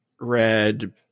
Red